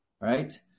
right